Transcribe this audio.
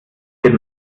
dem